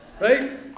right